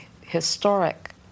historic